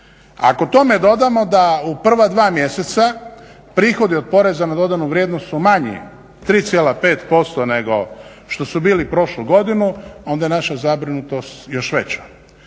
Ako tome dodamo da u prva dva mjeseca prihodi od poreza na dodanu vrijednost su manji 3,5% nego što su bili prošlu godinu onda je naša zabrinutost još veća.